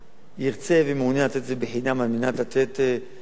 ירצה ומעוניין לתת את זה חינם, על מנת לתת שירות.